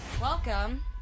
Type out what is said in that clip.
Welcome